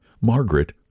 Margaret